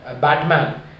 Batman